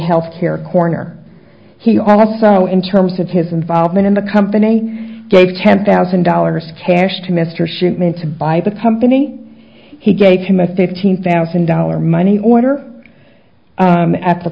health care corner he also in terms of his involvement in the company gave ten thousand dollars cash to mr shipman to buy the company he gave him a fifteen thousand dollar money order at the